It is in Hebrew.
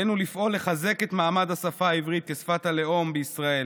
עלינו לפעול לחזק את מעמד השפה העברית כשפת הלאום בישראל